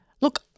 Look